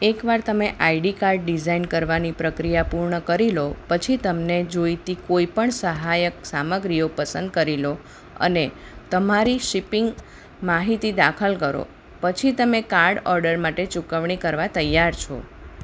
એકવાર તમે ID card design કરવાની પ્રક્રિયા પૂર્ણ કરી લો પછી તમને જોઈતી કોઈપણ સહાયક સામગ્રીઓ પસંદ કરી લો અને તમારી શિપિંગ માહિતી દાખલ કરો પછી તમે કાર્ડ ઓર્ડર માટે ચૂકવણી કરવા તૈયાર છો